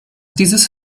dieses